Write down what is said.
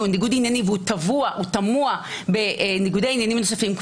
ניגוד עניינים והוא טמוע בניגודי עניינים נוספים,